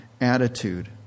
attitude